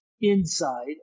inside